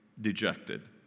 dejected